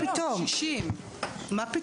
מה פתאום?